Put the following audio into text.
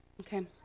Okay